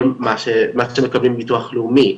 כל מה שמקבלים מביטוח לאומי,